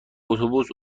اتوبوس